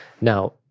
Now